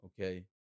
Okay